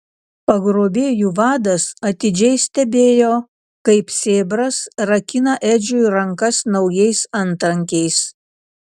pagrobėjų vadas atidžiai stebėjo kaip sėbras rakina edžiui rankas naujais antrankiais